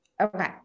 Okay